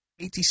86